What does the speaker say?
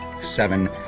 Seven